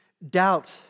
Doubt